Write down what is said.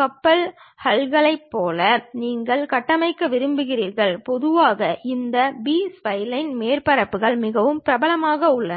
கப்பல் ஹல்களைப் போல நீங்கள் கட்டமைக்க விரும்புகிறீர்கள் பொதுவாக இந்த பி ஸ்ப்லைன் மேற்பரப்புகள் மிகவும் பிரபலமாக உள்ளன